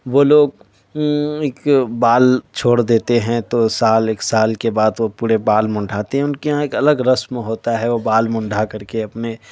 وہ لوگ اک بال چھوڑ دیتے ہیں تو سال ایک سال کے بعد وہ پورے بال منڈاتے ہیں ان کے یہاں ایک الگ رسم ہوتا ہے وہ بال منڈا کر کے اپنے